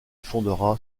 fondera